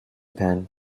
pen